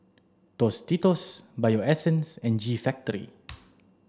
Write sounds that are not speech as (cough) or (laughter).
Tostitos Bio Essence and G Factory (noise)